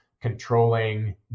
controlling